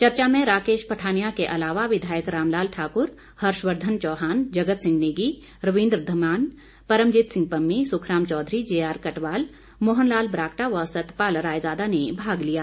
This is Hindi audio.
चर्चा में राकेश पठानिया के अलावा विधायक राम लाल ठाकुर हर्षवर्द्वन चौहान जगत सिंह नेगी रवींद्र धीमान परमजीत सिंह पम्मी सुखराम चौधरी जेआर कटवाल मोहन लाल ब्राक्टा व सतपाल रायजादा ने भाग लिया